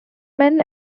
men